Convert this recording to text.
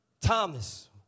Thomas